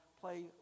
play